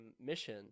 mission